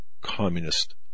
communist